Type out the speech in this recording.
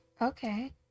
okay